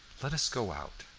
let us go out.